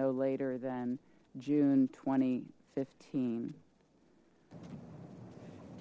no later than june two thousand and fifteen